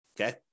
okay